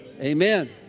Amen